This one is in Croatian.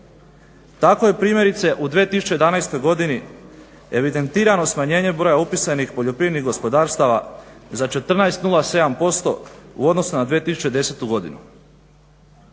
Tako je primjerice u 2011. godini evidentirano smanjenje broja upisanih poljoprivrednih gospodarstava za četrnaest nula sedam posto